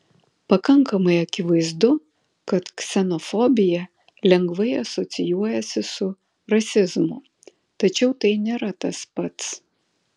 pakankamai akivaizdu kad ksenofobija lengvai asocijuojasi su rasizmu tačiau tai nėra tas pats